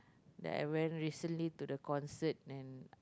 that I very recently listen to the concert and